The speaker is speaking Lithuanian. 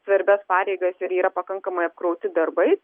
svarbias pareigas ir yra pakankamai apkrauti darbais